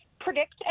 predict